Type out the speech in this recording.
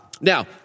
Now